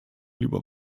lieber